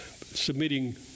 Submitting